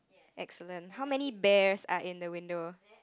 excellent how many bears are in the window